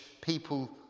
people